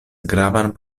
gravan